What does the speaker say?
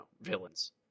villains